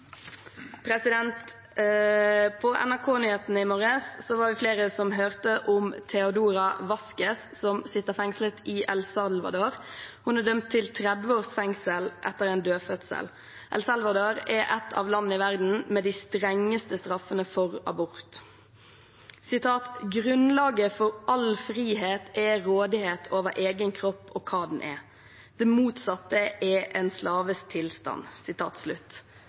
På NRK-nyhetene i morges var vi flere som hørte om Teodora Vásquez, som sitter fengslet i El Salvador. Hun er dømt til 30 års fengsel etter en dødfødsel. El Salvador er et av landene i verden med de strengeste straffene for abort. «Grunnlaget for all frihet må være rådighet over egen kropp og hva i den er. Det motsatte er en slaves tilstand.»